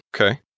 Okay